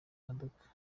modoka